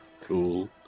cool